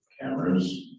Cameras